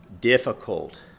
Difficult